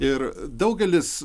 ir daugelis